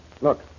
Look